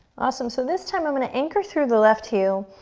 awesome. so this time, i'm gonna anchor through the left heel,